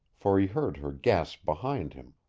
for he heard her gasp behind him.